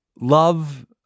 love